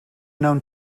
known